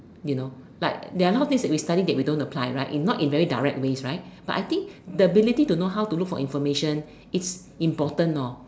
you know but there are a lot of things that we study that don't apply right if not in very direct ways right but I think the ability to look for information is important lor